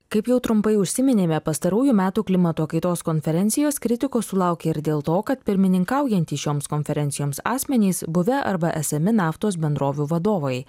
kaip jau trumpai užsiminėme pastarųjų metų klimato kaitos konferencijos kritikos sulaukė ir dėl to kad pirmininkaujantys šioms konferencijoms asmenys buvę arba esami naftos bendrovių vadovai